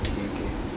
okay okay